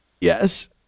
yes